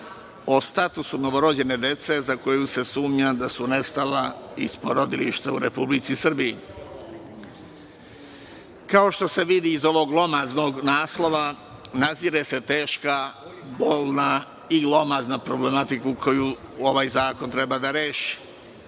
o statusu novorođene dece za koju se sumnja da su nestala iz porodilišta u Republici Srbiji. Kao što se vidi iz ovog glomaznog naslova nazire se teška, bolna i glomazna problematika koju ovaj zakon treba da reši